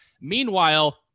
Meanwhile